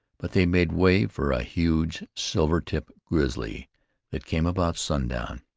but they made way for a huge silvertip grizzly that came about sundown.